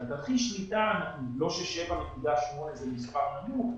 תרחיש שליטה לא של 7.8 שזה מספר נמוך.